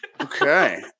Okay